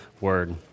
word